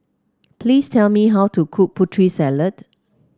please tell me how to cook Putri Salad